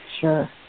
Sure